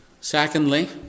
Secondly